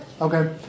Okay